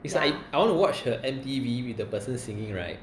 it's like I want to watch the M_T_V with the person singing right